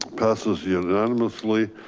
passes unanimously.